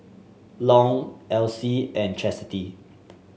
Long Alcie and Chasity